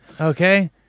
Okay